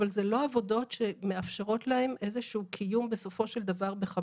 אבל זה לא עבודות שבסופו של דבר יאפשרו להן איזה